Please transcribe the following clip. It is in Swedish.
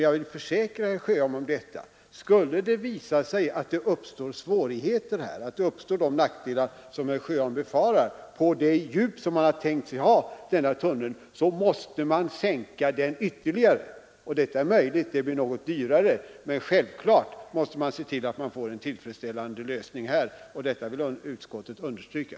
Jag vill dock försäkra att skulle det visa sig att svårigheter och sådana nackdelar som herr Sjöholm befarar kan uppstå på det djup man tänkt sig ha för denna tunnel, måste den ytterligare sänkas. Möjligt är att detta blir något dyrare, men självklart måste man se till att vi här får en tillfredsställande lösning. Detta vill utskottet understryka.